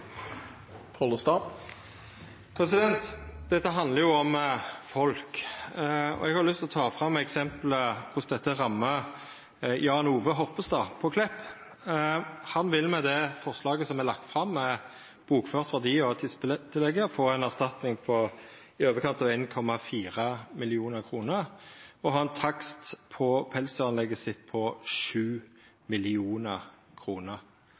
Dette handlar om folk. Eg har lyst å ta fram eit eksempel, nemleg korleis dette rammar Jan Ove Horpestad på Klepp. Han vil med det forslaget som er lagt fram, med bokført verdi og tispetillegget, få ei erstatning på i overkant av 1,4 mill. kr. Han har ein takst på pelsdyranlegget sitt på